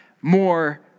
more